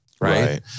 Right